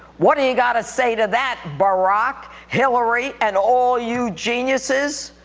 what do you gotta say to that barack? hillary? and all you geniuses?